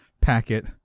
packet